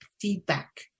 feedback